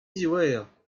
ziwezhañ